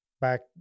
back